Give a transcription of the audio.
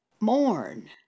Mourn